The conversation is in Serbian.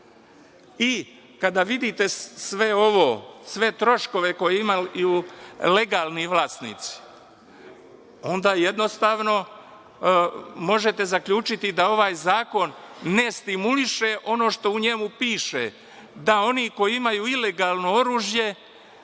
evra. Kada vidite sve troškove koje imaju legalni vlasnici, onda, jednostavno, možete zaključiti da ovaj zakon ne stimuliše ono što u njemu piše, da oni koji imaju ilegalno oružje,